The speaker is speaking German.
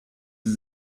sie